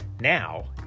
Now